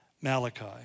Malachi